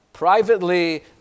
Privately